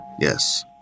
yes